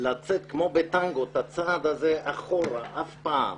לא לצאת כמו בטגנו ולעשות את הצעד אחורה אף פעם,